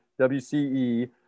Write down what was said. WCE